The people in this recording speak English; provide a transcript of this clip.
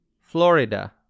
Florida